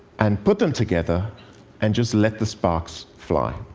and put them together and just let the sparks fly.